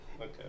okay